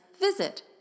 visit